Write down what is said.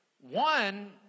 One